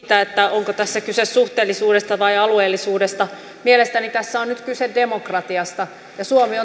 onko tässä kyse suhteellisuudesta vai alueellisuudesta mielestäni tässä on nyt kyse demokratiasta suomi